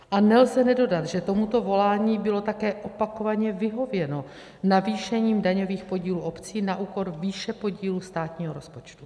A nelze nedodat, že tomuto volání bylo také opakovaně vyhověno navýšením daňových podílů obcí na úkor výše podílu státního rozpočtu.